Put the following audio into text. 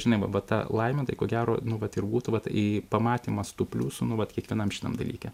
žinai va va ta laimė tai ko gero nu vat ir būtų vat pamatymas tų pliusų nu vat kiekvienam šitam dalyke